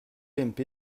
ump